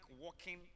walking